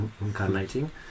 incarnating